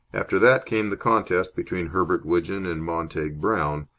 after that came the contest between herbert widgeon and montague brown,